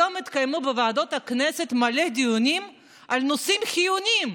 היום התקיימו בוועדות הכנסת המון דיונים על נושאים חיוניים,